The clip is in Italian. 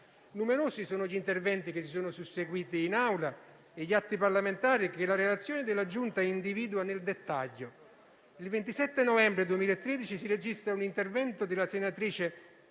Numerosi sono gli interventi che si sono susseguiti in Aula e gli atti parlamentari che la relazione della Giunta individua nel dettaglio. Il 27 novembre 2013 si registra un intervento della senatrice